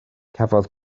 cafodd